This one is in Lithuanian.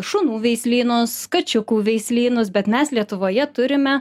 šunų veislynus kačiukų veislynus bet mes lietuvoje turime